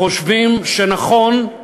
חושבים שנכון,